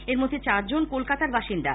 এর মধ্যে চারজন কলকাতার বাসিন্দা